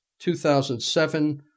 2007